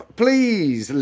please